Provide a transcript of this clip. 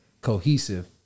cohesive